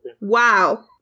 Wow